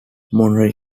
monroe